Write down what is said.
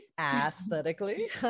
aesthetically